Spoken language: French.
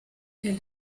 elle